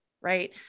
Right